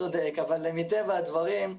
צודק, אבל מטבע הדברים,